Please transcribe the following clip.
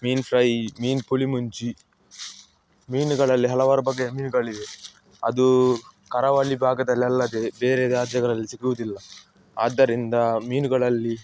ಮೀನ್ fry ಮೀನು ಪುಳಿಮುಂಚಿ ಮೀನುಗಳಲ್ಲಿ ಹಲವಾರು ಬಗೆಯ ಮೀನುಗಳಿವೆ ಅದು ಕರಾವಳಿ ಭಾಗದಲ್ಲಲ್ಲದೇ ಬೇರೆ ರಾಜ್ಯಗಳಲ್ಲಿ ಸಿಗುವುದಿಲ್ಲ ಆದ್ದರಿಂದ ಮೀನುಗಳಲ್ಲಿ